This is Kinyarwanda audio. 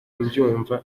mbyumva